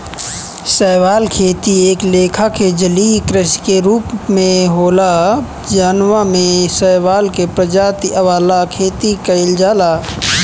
शैवाल खेती एक लेखा के जलीय कृषि के रूप होला जवना में शैवाल के प्रजाति वाला खेती कइल जाला